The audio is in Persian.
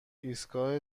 ایستگاه